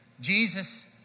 Jesus